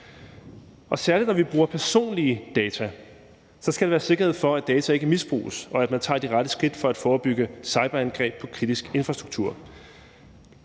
Særlig når vi bruger personlige data skal der være sikkerhed for, at data ikke misbruges, og at man tager de rette skridt for at forebygge cyberangreb på kritisk infrastruktur.